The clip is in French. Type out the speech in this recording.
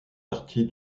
partie